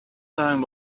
time